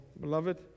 beloved